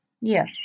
Yes